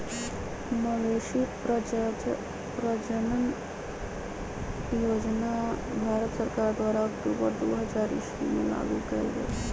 मवेशी प्रजजन योजना भारत सरकार द्वारा अक्टूबर दू हज़ार ईश्वी में लागू कएल गेल